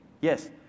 Yes